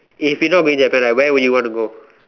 if you're not going Japan ah where would you want to go